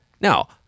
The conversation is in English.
Now